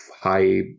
high